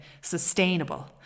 sustainable